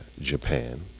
Japan